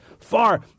Far